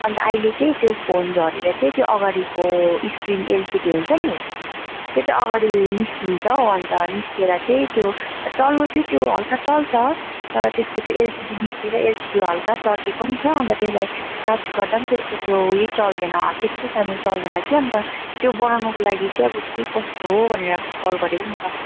अन्त अहिले चाहिँ त्यो फोन झरेर चाहिँ त्यो अगाडिको स्क्रिन एलसिडी हुन्छ नि त्यो चाहिँ अगाडि निस्किन्छ हौ अन्त निस्केर चाहिँ त्यो चल्नु चाहिँ त्यो हल्का चल्छ तर त्यसको त्यो एलसिडी निस्केर एलसिडी हल्का चर्किएको पनि छ अन्त त्यसलाई टच गर्दा पनि त्यसको त्यो उयो चल्दैन त्यस्तो साह्रो चल्दैन कि अन्त त्यो बनाउनुको लागि चाहिँ अब के कस्तो हो भनेर कल गरेको नि तपाईँलाई